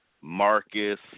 Marcus